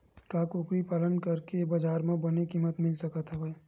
का कुकरी पालन करके बजार म बने किमत मिल सकत हवय?